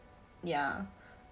ya